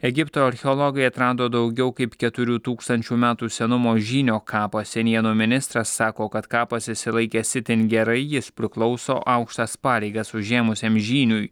egipto archeologai atrado daugiau kaip keturių tūkstančių metų senumo žynio kapą senienų ministras sako kad kapas išsilaikęs itin gerai jis priklauso aukštas pareigas užėmusiam žyniui